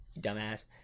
dumbass